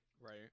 right